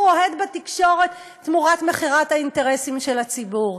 אוהד בתקשורת תמורת מכירת האינטרסים של הציבור,